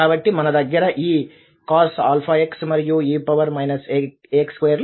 కాబట్టి మన దగ్గర ఈ cos⁡αxమరియు e ax2 లు ఉన్నాయి